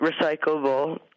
recyclable